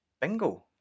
Bingo